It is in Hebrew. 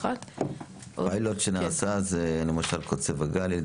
הפיילוט שנעשה זה למשל קוצב וגאלי,